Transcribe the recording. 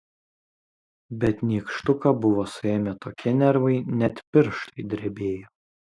bet nykštuką buvo suėmę tokie nervai net pirštai drebėjo